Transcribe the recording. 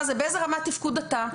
באיזו רמת תפקוד אתה?